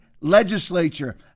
legislature